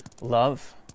love